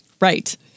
Right